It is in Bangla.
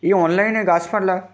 এই অনলাইনে গাছপালা